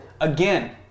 again